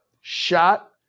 shot